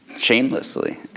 shamelessly